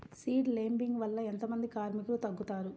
Seed లేంబింగ్ వల్ల ఎంత మంది కార్మికులు తగ్గుతారు?